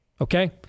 okay